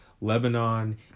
Lebanon